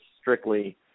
strictly